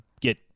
get